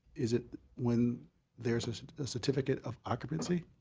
is it when there's a certificate of occupancy?